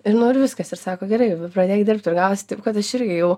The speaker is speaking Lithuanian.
ir nu ir viskas ir sako gerai pradėk dirbt ir gavosi taip kad aš irgi jau